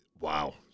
Wow